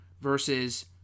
versus